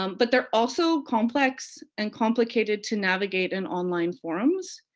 um but they're also complex and complicated to navigate in online forums,